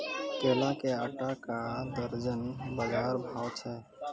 केला के आटा का दर्जन बाजार भाव छ?